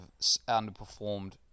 underperformed